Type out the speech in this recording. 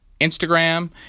Instagram